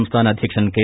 സംസ്ഥാന അധ്യക്ഷൻ കെ